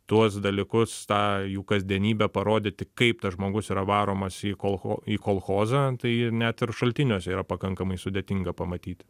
tuos dalykus tą jų kasdienybę parodyti kaip tas žmogus yra varomas į kolcho į kolchozą tai net ir šaltiniuose yra pakankamai sudėtinga pamatyti